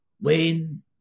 Wayne